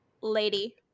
lady